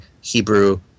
Hebrew